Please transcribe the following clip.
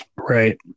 Right